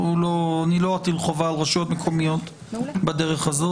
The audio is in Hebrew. אני לא אטיל חובה על רשויות מקומיות בדרך הזאת.